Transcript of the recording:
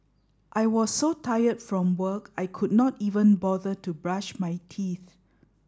I was so tired from work I could not even bother to brush my teeth